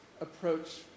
approach